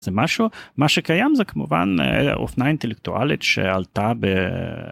זה משהו מה שקיים זה כמובן אופנה אינטלקטואלית שעלתה.